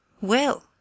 Well